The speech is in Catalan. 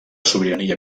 sobirania